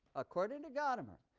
according to gadamer,